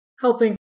helping